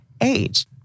age